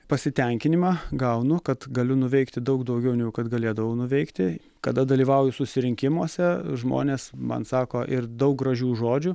pasitenkinimą gaunu kad galiu nuveikti daug daugiau negu kad galėdavau nuveikti kada dalyvauju susirinkimuose žmonės man sako ir daug gražių žodžių